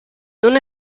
non